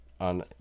on